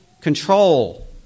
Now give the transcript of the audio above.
control